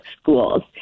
schools